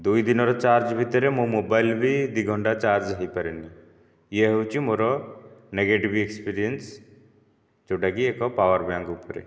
ଦୁଇ ଦିନର ଚାର୍ଜ ଭିତରେ ମୋ ମୋବାଇଲ ବି ଦୁଇ ଘଣ୍ଟା ଚାର୍ଜ ହୋଇପାରେନି ଏହା ହେଉଛି ମୋର ନେଗେଟିଭି ଏକ୍ସପିରିଏନ୍ସ ଯେଉଁଟାକି ଏକ ପାୱାର ବ୍ୟାଙ୍କ ଉପରେ